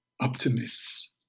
optimists